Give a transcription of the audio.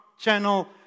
Channel